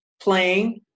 playing